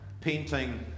painting